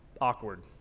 awkward